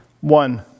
one